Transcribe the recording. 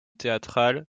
théâtrale